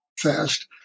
fast